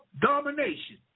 domination